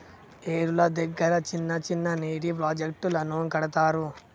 ఏరుల దగ్గర చిన్న చిన్న నీటి ప్రాజెక్టులను కడతారు